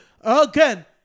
again